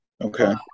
Okay